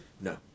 No